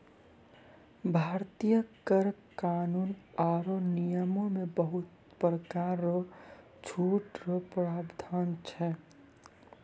भारतीय कर कानून आरो नियम मे बहुते परकार रो छूट रो प्रावधान छै